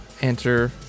enter